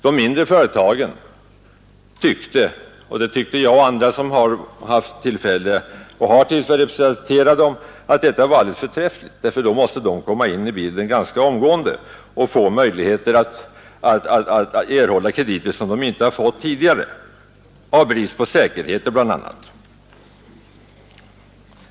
De mindre företagen tyckte — och det tyckte jag och andra som haft och har att representera dem — att detta var alldeles förträffligt, ty då måste de komma in i bilden ganska omgående och få möjligheter att erhålla krediter som de inte fått tidigare av brist på säkerheter bl.a.